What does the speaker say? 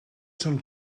són